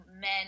men